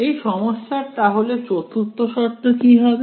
এই সমস্যার তাহলে চতুর্থ শর্ত কি হবে